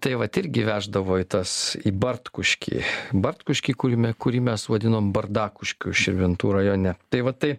tai vat irgi veždavo į tas į bartkuškį bartkuškį kurį kurį mes vadinom bardakuškiu širvintų rajone tai va tai